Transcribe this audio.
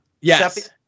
Yes